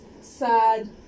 sad